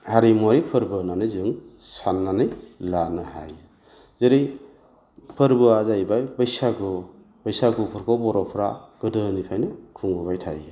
हारिमुवारि फोरबो होन्नानैनि जों साननानै लानो हायो जेरै फोर्बोआ जाहैबाय बैसागु बैसागुफोरखौ बर'फ्रा गोदोनिफ्रायनो खुंबोबाय थायो